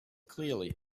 clearly